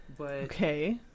Okay